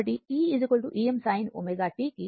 సమానమని చెప్పాను